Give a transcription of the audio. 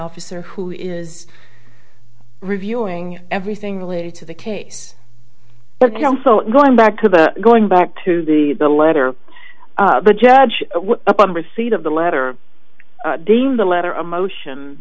officer who is reviewing everything related to the case but you also going back to the going back to the the letter to the judge upon receipt of the letter deemed a letter a motion